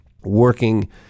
working